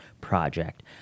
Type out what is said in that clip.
project